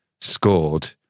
scored